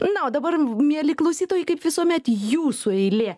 na o dabar mieli klausytojai kaip visuomet jūsų eilė